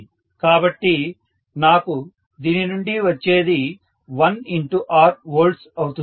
కాబట్టి నాకు దీని నుండి వచ్చేది 1R వోల్ట్స్ అవుతుంది